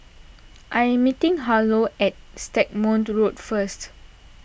I am meeting Harlow at Stagmont Road first